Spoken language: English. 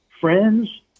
friends